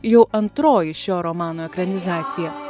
jau antroji šio romano ekranizacija